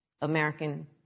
American